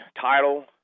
title